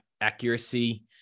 accuracy